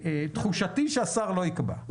תחושתי היא שהשר לא יקבע.